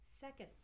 second